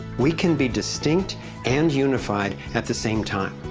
we can be distinct and unified at the same time.